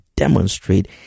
Demonstrate